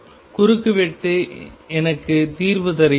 குறுக்கு வெட்டு எனக்கு தீர்வு தருகிறது